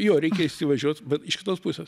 jo reikia įsivažiuot bet iš kitos pusės